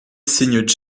signe